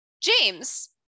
james